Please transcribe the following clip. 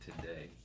today